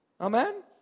Amen